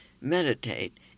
meditate